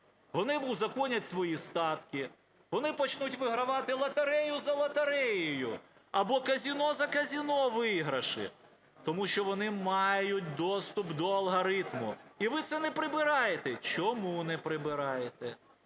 Вони узаконять свої статки, вони почнуть вигравати лотерею за лотереєю, або казино за казином виграші, тому що вони мають доступ до алгоритму, і ви це не прибираєте. Чому не прибираєте?